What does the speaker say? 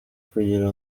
kugira